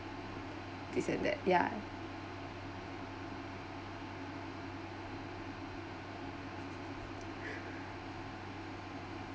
this and that yeah